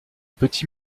petit